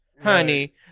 Honey